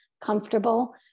comfortable